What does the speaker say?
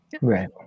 right